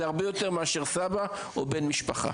זה הרבה יותר מאשר סבא או בן משפחה.